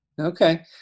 Okay